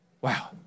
wow